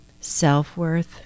self-worth